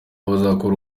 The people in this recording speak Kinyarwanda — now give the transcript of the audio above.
bazakora